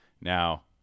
Now